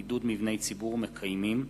עידוד מבני ציבור מקיימים),